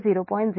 07